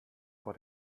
vor